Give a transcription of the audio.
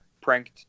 pranked